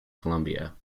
columbia